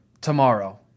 Tomorrow